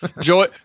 Joy